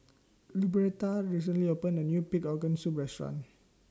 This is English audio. Luberta recently opened A New Pig Organ Soup Restaurant